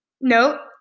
No